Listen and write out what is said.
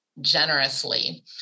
generously